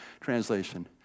translation